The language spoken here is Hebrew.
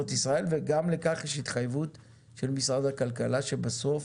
ישראל וגם לכך יש התחייבות של משרד הכלכלה שבסוף